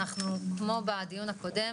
אנחנו כמו בדיון הקודם,